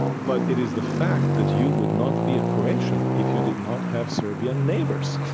but it is the fact that you would not be a croatian if you did not have serbian neighbors.